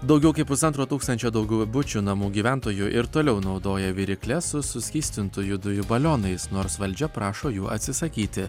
daugiau kaip pusantro tūkstančio daugiabučių namų gyventojų ir toliau naudoja virykles su suskystintųjų dujų balionais nors valdžia prašo jų atsisakyti